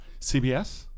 CBS